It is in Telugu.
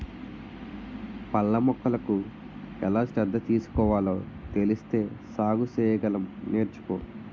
పళ్ళ మొక్కలకు ఎలా శ్రద్ధ తీసుకోవాలో తెలిస్తే సాగు సెయ్యగలం నేర్చుకో